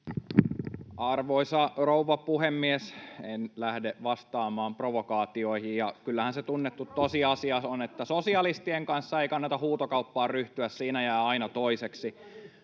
Arvoisa rouva puhemies! En lähde vastaamaan provokaatioihin. [Aino-Kaisa Pekosen välihuuto] Kyllähän se tunnettu tosiasia on, että sosialistien kanssa ei kannata huutokauppaan ryhtyä, siinä jää aina toiseksi.